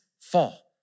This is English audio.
fall